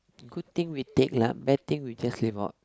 good thing we take lah bad thing we just leave out